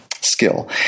skill